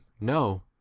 No